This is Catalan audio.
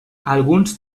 alguns